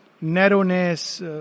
narrowness